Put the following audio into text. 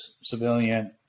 civilian